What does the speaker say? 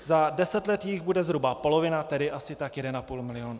Za deset let jich bude zhruba polovina, tedy asi tak jeden a půl milionu.